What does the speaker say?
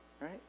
right